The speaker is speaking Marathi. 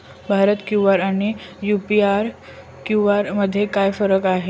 भारत क्यू.आर आणि यू.पी.आय क्यू.आर मध्ये काय फरक आहे?